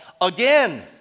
again